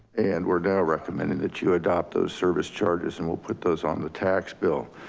and we're now recommending that you adopt those service charges and we'll put those on the tax bill,